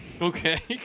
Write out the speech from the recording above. Okay